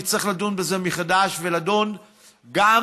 נצטרך לדון בזה מחדש ולדון גם